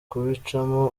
kubicamo